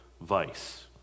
vice